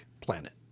planet